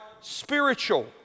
spiritual